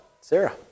Sarah